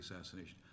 assassination